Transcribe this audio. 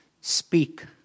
Speak